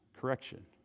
correction